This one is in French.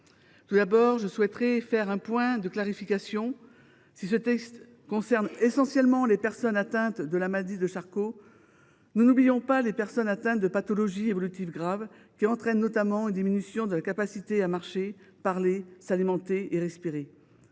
Tout d’abord, je souhaiterais faire un point de clarification. Si le texte concerne essentiellement les personnes atteintes de la maladie de Charcot, nous n’oublions pas les personnes atteintes de pathologies évolutives graves entraînant notamment une diminution de la capacité à marcher, à parler, à s’alimenter et à respirer.